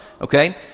okay